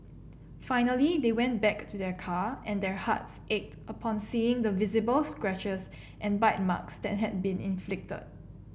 finally they went back to their car and their hearts ached upon seeing the visible scratches and bite marks that had been inflicted